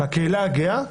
בקהילה הגאה,